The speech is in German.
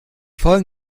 folgen